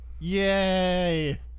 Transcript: Yay